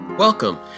Welcome